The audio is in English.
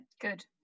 good